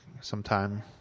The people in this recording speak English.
sometime